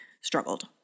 struggled